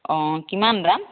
অঁ কিমান দাম